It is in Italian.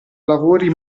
lavori